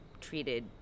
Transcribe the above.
treated